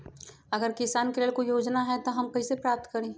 अगर किसान के लेल कोई योजना है त हम कईसे प्राप्त करी?